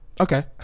Okay